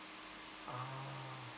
ah